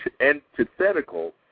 antithetical